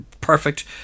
perfect